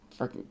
freaking